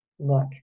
Look